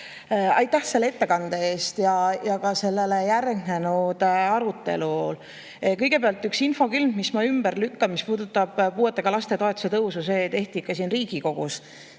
aitäh selle ettekande eest ja ka sellele järgnenud arutelu eest! Kõigepealt üks infokild, mille ma ümber lükkan – see puudutab puuetega laste toetuse tõusu. See tehti ikka siin Riigikogus,